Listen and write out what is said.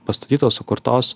pastatytos sukurtos